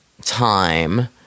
time